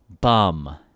bum